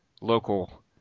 local